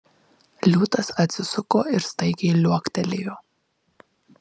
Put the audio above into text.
liūtas atsisuko ir staigiai liuoktelėjo